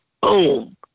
boom